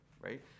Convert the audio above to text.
right